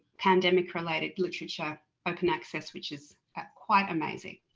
pandemic-related literature open access, which is quite amazing.